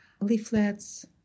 leaflets